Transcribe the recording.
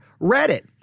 Reddit